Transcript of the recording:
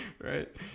Right